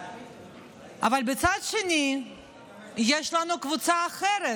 אבל בצד השני יש לנו קבוצה אחרת,